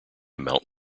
mount